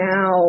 now